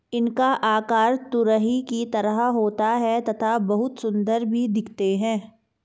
इनका आकार तुरही की तरह होता है तथा बहुत सुंदर भी दिखते है